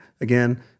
again